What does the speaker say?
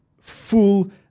full